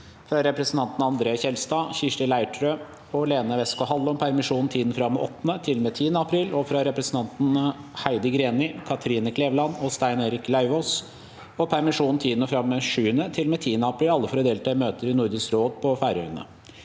fra representantene André N. Skjel- stad, Kirsti Leirtrø og Lene Westgaard-Halle om per- misjon i tiden fra og med 8. til og med 10. april, og fra representantene Heidi Greni, Kathrine Kleve- land og Stein Erik Lauvås om permisjon i tiden fra og med 7. til og med 10. april – alle for å delta i møter i Nordisk råd på Færøyene.